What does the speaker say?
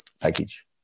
package